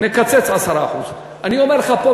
נקצץ 10%. אני אומר לך פה,